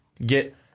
Get